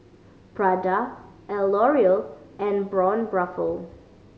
Prada L'Oreal and Braun Buffel